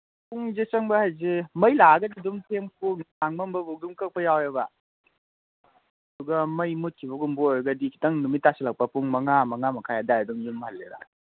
ꯄꯨꯡꯁꯦ ꯆꯪꯕ ꯍꯥꯏꯁꯦ ꯃꯩ ꯂꯥꯛꯑꯒꯗꯤ ꯑꯗꯨꯝ ꯊꯦꯡꯐꯥꯎ ꯅꯨꯡꯗꯥꯡ ꯃꯝꯃꯕꯥꯎ ꯑꯗꯨꯝ ꯀꯛꯄ ꯌꯥꯎꯋꯦꯕ ꯑꯗꯨꯒ ꯃꯩ ꯃꯨꯠꯈꯤꯕꯒꯨꯝꯕ ꯑꯣꯏꯔꯒꯗꯤ ꯈꯤꯇꯪ ꯅꯨꯃꯤꯠ ꯇꯥꯁꯤꯜꯂꯛꯄ ꯄꯨꯡ ꯃꯉꯥ ꯃꯉꯥ ꯃꯈꯥꯏ ꯑꯗꯥꯏ ꯑꯗꯨꯝ ꯌꯨꯝ ꯍꯜꯂꯦꯗ